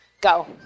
go